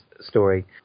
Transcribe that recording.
story